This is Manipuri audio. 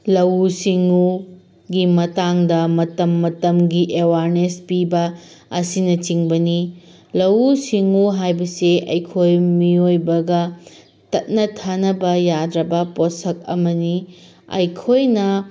ꯂꯧꯎ ꯁꯤꯡꯎꯒꯤ ꯃꯇꯥꯡꯗ ꯃꯇꯝ ꯃꯇꯝꯒꯤ ꯑꯦꯋꯥꯔꯅꯦꯁ ꯄꯤꯕ ꯑꯁꯤꯅꯆꯤꯡꯕꯅꯤ ꯂꯧꯎ ꯁꯤꯡꯎ ꯍꯥꯏꯕꯁꯤ ꯑꯩꯈꯣꯏ ꯃꯤꯑꯣꯏꯕꯒ ꯇꯠꯅ ꯊꯥꯅꯕ ꯌꯥꯗ꯭ꯔꯕ ꯄꯣꯠꯁꯛ ꯑꯃꯅꯤ ꯑꯩꯈꯣꯏꯅ